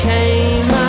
came